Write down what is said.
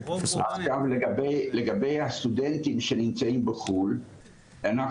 לגבי הסטודנטים שנמצאים בחו"ל,